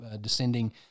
descending